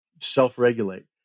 self-regulate